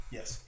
Yes